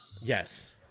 Yes